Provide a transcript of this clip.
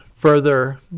further